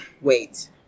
wait